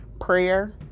prayer